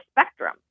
spectrum